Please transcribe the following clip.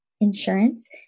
insurance